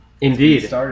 Indeed